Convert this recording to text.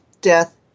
Death